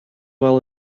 while